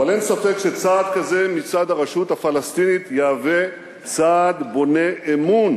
אבל אין ספק שצעד כזה מצד הרשות הפלסטינית יהווה צעד בונה אמון,